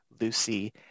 Lucy